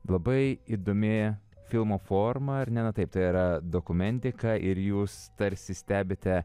labai įdomi filmo forma ar ne na taip tai yra dokumentika ir jūs tarsi stebite